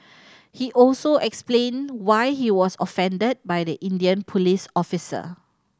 he also explained why he was offended by the Indian police officer